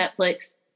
Netflix